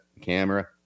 camera